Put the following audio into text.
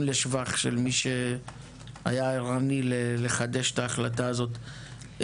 לשבח למי שהיה ערני לחדש את ההחלטה הזאת.